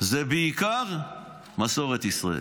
זה בעיקר מסורת ישראל.